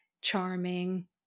charming